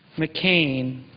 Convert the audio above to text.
mccain,